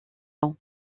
ans